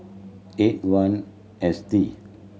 eight one S T